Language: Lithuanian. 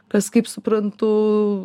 kas kaip suprantu